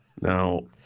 now